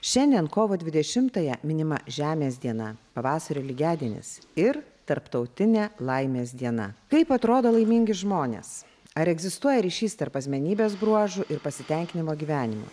šiandien kovo dvidešimtąją minima žemės diena pavasario lygiadienis ir tarptautinė laimės diena kaip atrodo laimingi žmonės ar egzistuoja ryšys tarp asmenybės bruožų ir pasitenkinimo gyvenimu